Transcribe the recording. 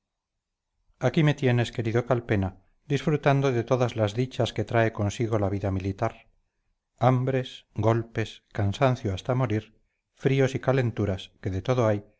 aquí me tienes querido calpena disfrutando de todas las dichas que trae consigo la vida militar hambres golpes cansancio hasta morir fríos y calenturas que de todo hay